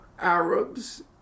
Arabs